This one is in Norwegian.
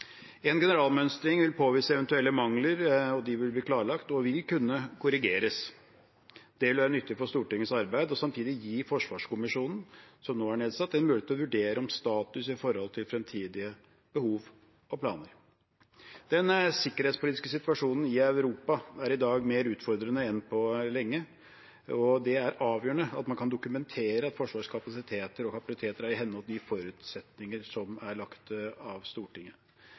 En generalmønstring vil påvise eventuelle mangler, og de vil bli klarlagt og vil kunne korrigeres. Det vil være nyttig for Stortingets arbeid og samtidig gi forsvarskommisjonen som nå er nedsatt, en mulighet til å vurdere status i forhold til framtidige behov og planer. Den sikkerhetspolitiske situasjonen i Europa er i dag mer utfordrende enn på lenge, og det er avgjørende at man kan dokumentere at Forsvarets kapasiteter og kapabiliteter er i henhold til de forutsetninger som er lagt av Stortinget.